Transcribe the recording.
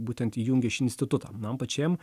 būtent įjungia šį institutą man pačiam